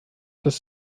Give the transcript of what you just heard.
das